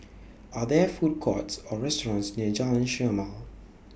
Are There Food Courts Or restaurants near Jalan Chermai